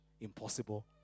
impossible